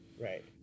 Right